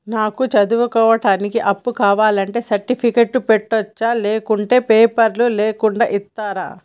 నాకు చదువుకోవడానికి అప్పు కావాలంటే సర్టిఫికెట్లు పెట్టొచ్చా లేకుంటే పేపర్లు లేకుండా ఇస్తరా?